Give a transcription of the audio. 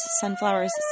Sunflower's